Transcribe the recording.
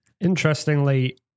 interestingly